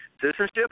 Citizenship